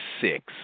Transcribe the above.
six